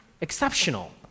exceptional